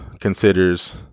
considers